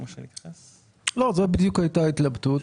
זאת בדיוק הייתה ההתלבטות.